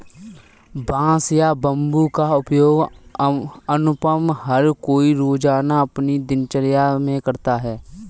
बांस या बम्बू का उपयोग अमुमन हर कोई रोज़ाना अपनी दिनचर्या मे करता है